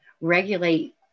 regulate